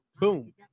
boom